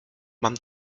mam